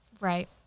right